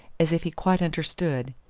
as if he quite understood.